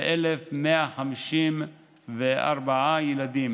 ו-1,154 ילדים.